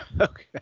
Okay